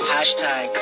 Hashtag